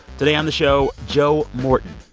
today on the show joe morton.